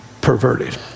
perverted